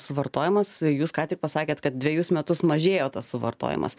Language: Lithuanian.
suvartojamas jūs ką tik pasakėt kad dvejus metus mažėjo tas suvartojimas